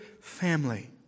family